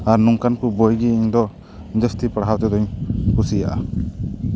ᱟᱨ ᱱᱚᱝᱠᱟᱱ ᱠᱚ ᱵᱳᱭ ᱜᱮ ᱤᱧᱫᱚ ᱡᱟᱹᱥᱛᱤ ᱯᱟᱲᱦᱟᱣ ᱛᱮᱫᱚᱧ ᱠᱩᱥᱤᱭᱟᱜᱼᱟ